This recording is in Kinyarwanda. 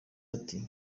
ati